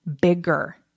bigger